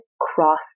cross